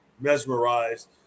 mesmerized